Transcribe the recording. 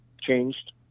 changed